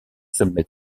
submit